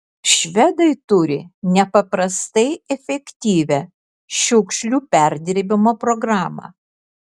švedai turi nepaprastai efektyvią šiukšlių perdirbimo programą